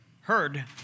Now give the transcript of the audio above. Heard